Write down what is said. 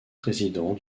président